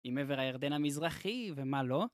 עם עבר הירדן המזרחי, ומה לא?